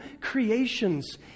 creations